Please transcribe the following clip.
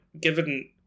given